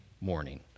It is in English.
morning